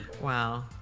Wow